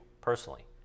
personally